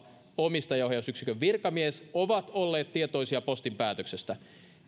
omistajaohjausyksikön virkamies ovat olleet tietoisia postin päätöksestä päivämäärä työehtosopimuksen